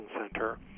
center